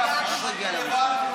תודה.